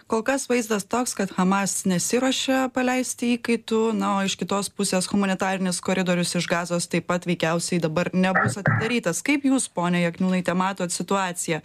kol kas vaizdas toks kad hamas nesiruošia paleisti įkaitų na o iš kitos pusės humanitarinis koridorius iš gazos taip pat veikiausiai dabar nebus atidarytas kaip jūs ponia jakniūnaite matot situaciją